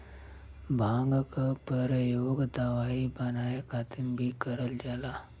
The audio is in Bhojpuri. भांग क परयोग दवाई बनाये खातिर भीं करल जाला